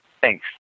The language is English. thanks